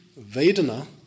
Vedana